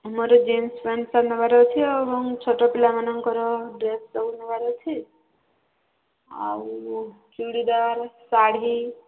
ଆମର jeans pant ତ ନେବାର ଅଛି ଛୋଟ ପିଲାମାନଙ୍କର ଡ୍ରେସ୍ ସବୁ ନେବାର ଅଛି ଆଉ ଚୁଡ଼ିଦାର ଶାଢ଼ୀ